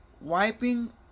wiping